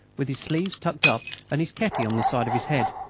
with his sleeves tucked up and his kepi on the side of his head.